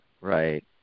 Right